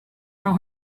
from